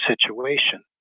situation